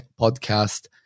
podcast